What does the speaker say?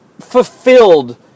fulfilled